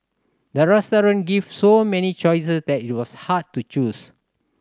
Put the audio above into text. the restaurant gave so many choices that it was hard to choose